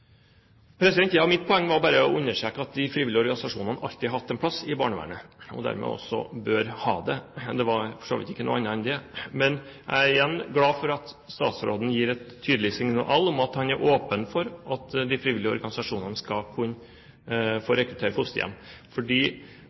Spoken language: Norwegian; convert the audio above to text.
Mitt poeng var bare å understreke at de frivillige organisasjonene alltid har hatt en plass i barnevernet, og dermed også bør ha det. Det var for så vidt ikke noe annet enn det. Jeg er glad for at statsråden gir et tydelig signal om at han er åpen for at de frivillige organisasjonene skal få rekruttere fosterhjem, fordi